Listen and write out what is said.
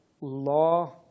law